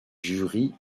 jury